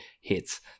hits